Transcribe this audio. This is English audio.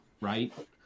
right